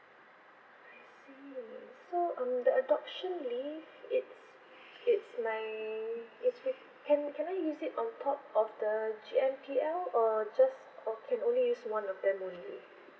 I see so um the adoption leave it's it's my it's with can can I use on top of the G_M_P_L or just oh can use one of them only